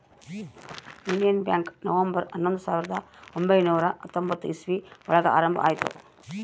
union Bank November ಹನ್ನೊಂದು ಸಾವಿರದ ಒಂಬೈನುರ ಹತ್ತೊಂಬತ್ತು ಇಸ್ವಿ ಒಳಗ ಆರಂಭ ಆಯ್ತು